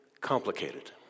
complicated